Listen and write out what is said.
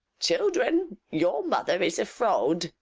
children, your mother is a fraud.